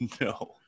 No